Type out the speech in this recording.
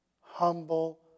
humble